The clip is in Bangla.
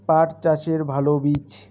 পাঠ চাষের ভালো বীজ?